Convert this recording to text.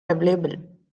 available